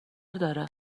داره